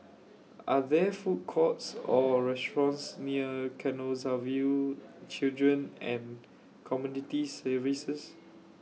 Are There Food Courts Or restaurants near Canossaville Children and Community Services